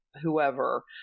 whoever